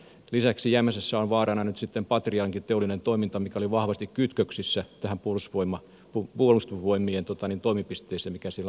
lisäksi jämsässä on vaarana nyt sitten patriankin teollinen toiminta mikä oli vahvasti kytköksissä tähän puolustusvoimien toimipisteeseen mikä siellä alueella on